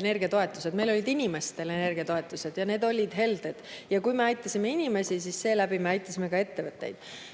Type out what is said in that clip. energiatoetused. Meil olid inimestele energiatoetused ja need olid helded. Ja kui me aitasime inimesi, siis seeläbi me aitasime ka ettevõtteid. Teiseks,